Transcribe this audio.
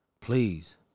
please